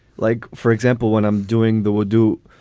like, for example, when i'm doing the will do,